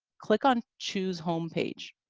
click on choose home page.